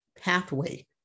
pathway